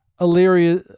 Illyria